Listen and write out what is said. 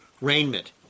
raiment